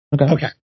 Okay